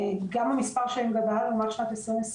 גם המספר שלהם גדל לעומת שנת 2020,